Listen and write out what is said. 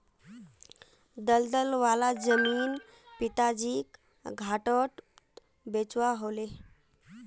दलदल वाला जमीन पिताजीक घटाट बेचवा ह ले